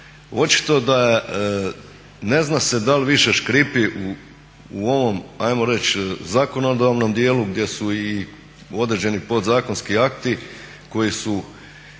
očito da ne zna se da li više škripi u ovom ajmo reći zakonodavnom djelu gdje su i određeni podzakonski akti koji su